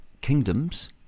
kingdoms